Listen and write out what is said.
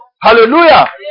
Hallelujah